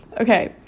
okay